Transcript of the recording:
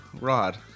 Rod